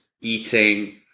eating